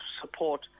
support